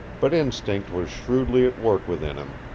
but instinct was shrewdly at work within him,